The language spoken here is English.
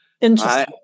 Interesting